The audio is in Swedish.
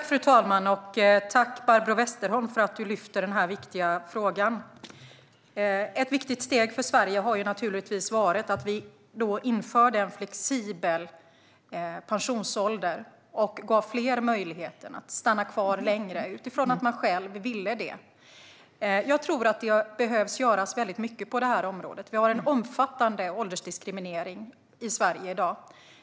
Fru talman! Tack, Barbro Westerholm, för att du lyfter upp denna viktiga fråga! Ett viktigt steg för Sverige har varit att vi införde flexibel pensionsålder och gav fler möjligheten att stanna kvar längre, utifrån att man själv vill det. Jag tror att det behöver göras mycket på detta område. Vi har en omfattande åldersdiskriminering i Sverige i dag.